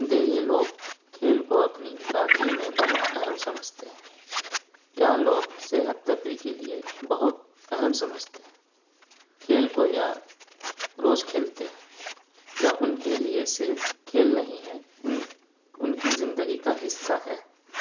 دیہی لوگ کھیل کو اپنی برادری میں بہت اہم سمجھتے ہیں یہ لوگ صحت تفریح کے لیے بہت اہم سمجھتے ہیں کھیل کو یہ روز کھیلتے ہیں یہ ان کے لیے صرف کھیل نہیں ہے ان ان کی زندگی کا حصہ ہے